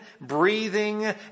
breathing